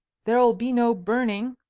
there'll be no burning,